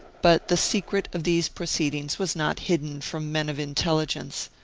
but the secret of these proceedings was not hidden from men of intelligence,